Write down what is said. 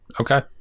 Okay